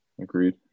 Agreed